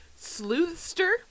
Sleuthster